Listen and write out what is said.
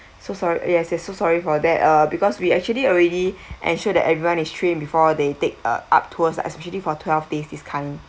so sorry uh yes yes so sorry for that uh because we actually already ensure that everyone is trained before they take uh up tours especially for twelve days this kind